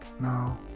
No